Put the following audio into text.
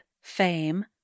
fame